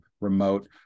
remote